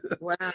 Wow